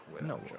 No